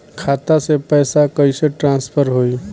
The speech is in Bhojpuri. खाता से पैसा कईसे ट्रासर्फर होई?